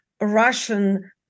Russian